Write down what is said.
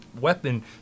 weapon